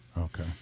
Okay